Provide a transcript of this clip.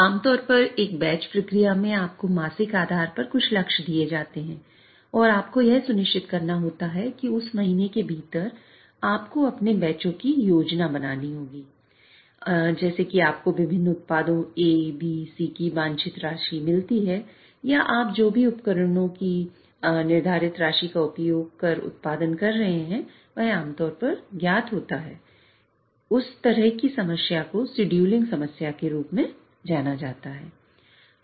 आमतौर पर एक बैच प्रक्रिया में आपको मासिक आधार पर कुछ लक्ष्य दिया जाता है और आपको यह सुनिश्चित करना होता है कि उस महीने के भीतर आपको अपने बैचों की योजना बनानी होगी जैसे कि आपको विभिन्न उत्पादों A BC की वांछित राशि मिलती है या आप जो भी उपकरण की निर्धारित राशि का उपयोग कर उत्पादन कर रहे हैं वह आम तौर पर ज्ञात होता है उस तरह की समस्या को शेड्यूलिंग समस्या के रूप में जाना जाता है